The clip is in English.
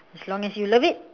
as long as you love it